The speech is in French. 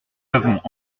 avons